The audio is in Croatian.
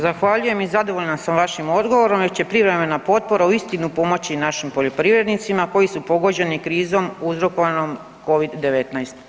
Zahvaljujem i zadovoljna sam vašim odgovorom jer će privremena potpora uistinu pomoći našim poljoprivrednicima koji su pogođeni krizom uzrokovanom Covid-19.